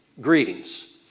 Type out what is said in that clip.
Greetings